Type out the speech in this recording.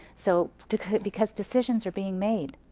so because decisions are being made,